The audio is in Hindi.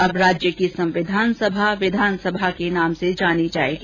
अब राज्य की संविधान सभा विधान सभा के नाम से जानी जायेगी